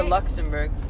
Luxembourg